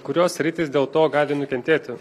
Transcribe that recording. kurios sritys dėl to gali nukentėti